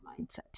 mindset